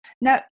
Now